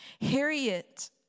Harriet